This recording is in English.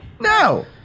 No